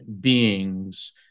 beings